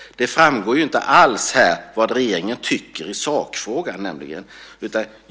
Det framgår nämligen inte alls vad regeringen tycker i sakfrågan.